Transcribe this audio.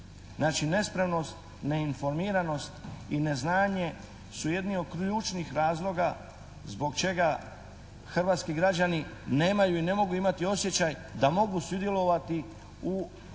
Znači nespremnost, neinformiranost i neznanje su jedni od ključnih razloga zbog čega hrvatski građani nemaju i ne mogu imati osjećaj da mogu sudjelovati u velikoj